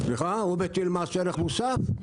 הוא מטיל מס ערך מוסף.